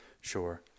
Sure